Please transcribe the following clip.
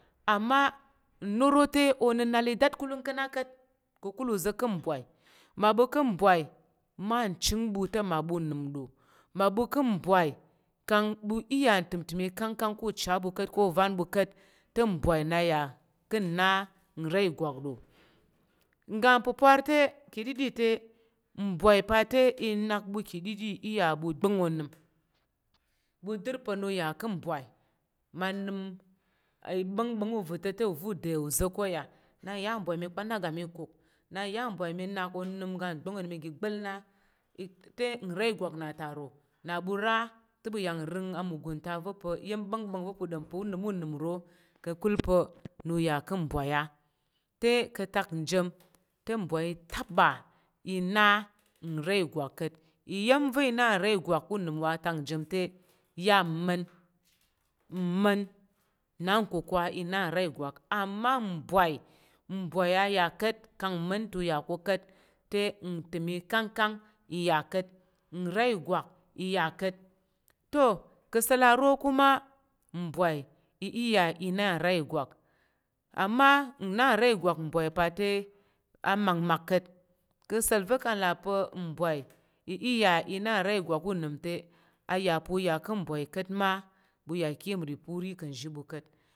Ama noro te onənal i dat kulung ka̱ na ka̱t ka̱kul uza̱ ka̱ mbwai mmaɓu ka̱ mbwai ma chu ɓu te mmaɓu unəm ɗo mmaɓu ka̱ mbwai kang ɓu i ya utəm təm ikangkang ka̱ ucha ɓu ka̱t ko ivan ɓu ka̱t te mbwai na ka̱ na nra igwak ɗo ngga pwapwar te ka̱ ɗiɗi te mbwai pa̱ te i nak ɓu ka̱ ɗiɗi iya ɓu ɓan onəm ɓu dər pa̱ nya ka̱ mbwai ma nəm i bang bang ova̱ tote ova̱ nda uza̱ ko ya naya nbwai mi pan na ga mi kuk naya nbwai mi nak onəm ga báng onəm ga mi ɓa lang na i te nra ìgwak na ta ro na ɓu ra te ɓu yen ring a mugunta va̱ pa̱ iya̱m bá̱ngbá̱ng va̱ pa̱ u ɗom pa̱ u nəm unəm ro ka̱kul pa̱ nya ka̱ mbwai a te ka̱ atak njin ta mbwai ita ɓa ina nra igwak ka̱t iya̱m va̱ i na nra igwak unəm wa ntan ji mi te, ya mma̱n, mma̱n na kwakwa i na nra igwak ama mbwai nbwai a yà ka̱t kang mma̱n ta uya ko ka̱t te ntəm ikangkang iya ka̱t nra igwak iya ka̱t to ka̱sa̱l aro kuma mbwai i iya i na nra igwak ama nna nra igwak mbwai pa̱ te a me mak ka̱t ka̱sa̱l va̱ kang n la pa̱ mbwai i iya i na nra igwak unəm te a ya pa̱ u yà ká̱ mbwai ka̱t ma ɓu ya ka̱ nri pa̱ uri ka̱ nzhi ɓu.